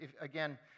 Again